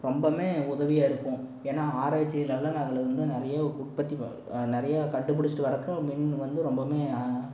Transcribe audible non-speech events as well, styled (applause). ரொம்பவுமே உதவியாகருக்கும் ஏன்னால் ஆராய்ச்சி நல்ல (unintelligible) வந்து நிறைய உற்பத்தி நிறைய கண்டுபிடிச்சிட்டு வரக்க மின் வந்து ரொம்பவுமே